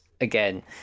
Again